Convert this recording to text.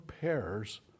pairs